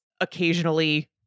occasionally